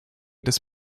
des